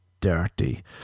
dirty